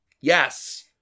Yes